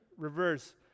Reverse